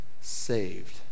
saved